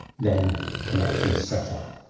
then connection setup.